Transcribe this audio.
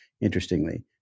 interestingly